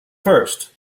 first